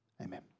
Amen